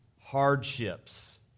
hardships